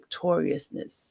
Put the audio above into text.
victoriousness